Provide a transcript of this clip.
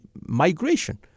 migration